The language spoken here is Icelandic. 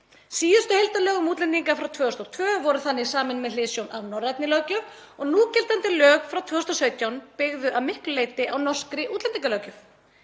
Síðustu heildarlög um útlendinga frá 2002 voru þannig samin með hliðsjón af norrænni löggjöf og núgildandi lög frá 2017 byggðu að miklu leyti á norskri útlendingalöggjöf.